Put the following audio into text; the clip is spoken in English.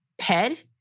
head